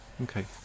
Okay